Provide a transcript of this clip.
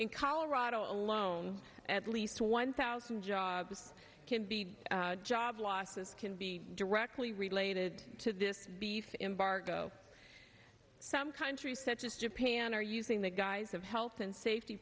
in colorado alone at least one thousand jobs can be job losses can be directly related to this beef embark go some countries such as japan are using the guise of health and safety